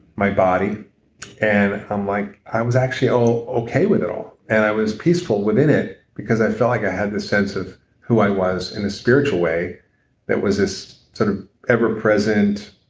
my body and um like i was actually okay with it all and i was peaceful within it because i felt like i had this sense of who i was in a spiritual way that was this sort of ever-present